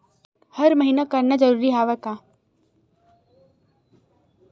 हर महीना करना जरूरी हवय का?